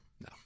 No